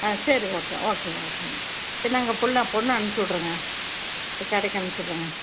ஆ சரி ஓகே ஓகேங்க ஓகேங்க சரி நாங்கள் பிள்ள பொண்ணை அனுப்பிச்சி விட்றங்க கடைக்கு அனுப்பிச்சி விட்றங்க